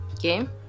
game